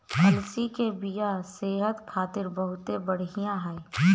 अलसी के बिया सेहत खातिर बहुते बढ़िया ह